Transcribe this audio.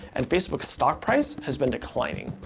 and facebook stock price has been declining.